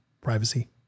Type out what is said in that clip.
privacy